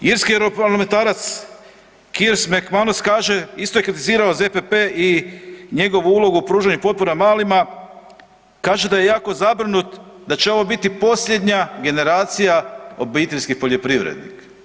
Irski europarlamentarac Chirs Macmanus kaže, isto je kritizirao ZPP i njegovu ulogu u pružanju potpora malima, kaže da je jako zabrinut da će ovo biti posljednja generacija obiteljskih poljoprivrednika.